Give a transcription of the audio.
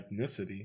ethnicity